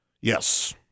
Yes